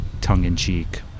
tongue-in-cheek